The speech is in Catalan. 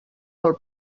pel